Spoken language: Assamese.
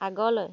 আগলৈ